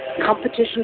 Competition